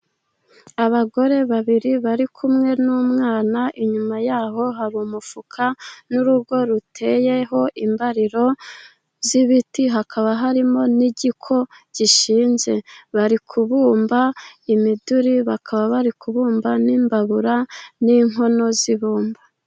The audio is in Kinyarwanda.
Abagore babiri bari kumwe n'umwana, inyuma yaho hari umufuka n'urugo ruteyeho imbariro z'ibiti, hakaba harimo n'igiko gishinze. Bari kubumba imiduri, bakaba bari kubumba n'imbabura, n'inkono z'ibumba.